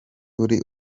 uri